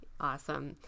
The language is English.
Awesome